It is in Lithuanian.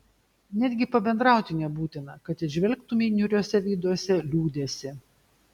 netgi pabendrauti nebūtina kad įžvelgtumei niūriuose veiduose liūdesį